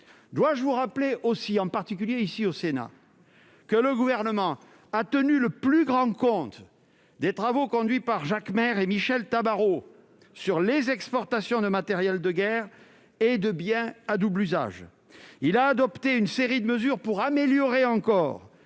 Dois-je vous rappeler également- surtout ici au Sénat ! -que le Gouvernement a porté la plus grande attention aux travaux conduits par Jacques Maire et Michèle Tabarot sur les exportations de matériels de guerre et de biens à double usage ? Nous avons adopté une série de mesures pour améliorer encore